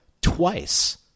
twice